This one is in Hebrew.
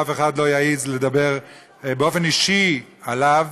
ואף אחד לא יעז לדבר באופן אישי עליו,